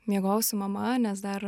miegojau su mama nes dar